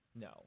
No